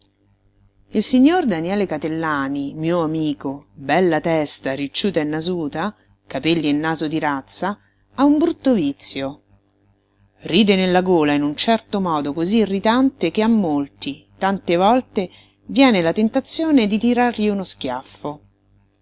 il signor daniele catellani mio amico bella testa ricciuta e nasuta capelli e naso di razza ha un brutto vizio ride nella gola in un certo modo cosí irritante che a molti tante volte viene la tentazione di tirargli uno schiaffo